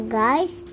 guys